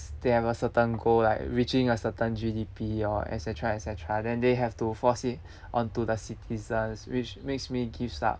they have a certain goal like reaching a certain G_D_P or et cetera et cetera then they have to force it onto the citizens which makes me gives up